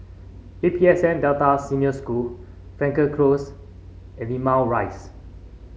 A P S N Delta Senior School Frankel Close and Limau Rise